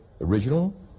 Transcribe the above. original